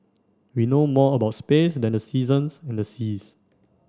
we know more about space than the seasons and the seas